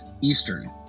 Eastern